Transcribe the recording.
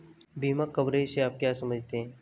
बीमा कवरेज से आप क्या समझते हैं?